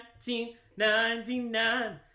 1999